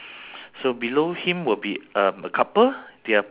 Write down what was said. paul simon !huh! mccartney